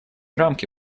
рамки